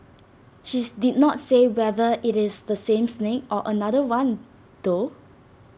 she did not say whether IT is the same snake or A different one though